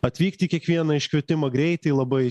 atvykt į kiekvieną iškvietimą greitai labai